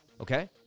Okay